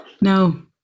No